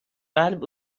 قلب